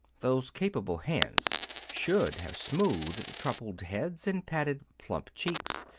those capable hands should have smoothed troubled heads and patted plump cheeks,